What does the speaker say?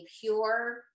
pure